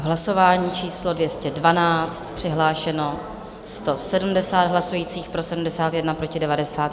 Hlasování číslo 212, přihlášeno 170 hlasujících, pro 71, proti 90.